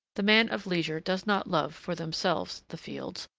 the man of leisure does not love, for themselves, the fields,